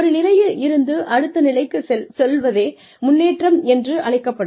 ஒரு நிலையில் இருந்து அடுத்த நிலைக்குச் சொல்வதே முன்னேற்றம் என்று அழைக்கப்படும்